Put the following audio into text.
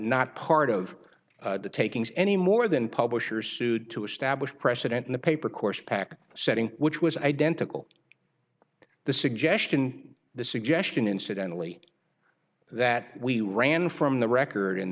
not part of the takings any more than publishers sued to establish precedent in the paper course pack setting which was identical to the suggestion the suggestion incidentally that we ran from the record